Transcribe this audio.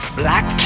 black